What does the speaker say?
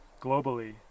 Globally